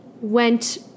went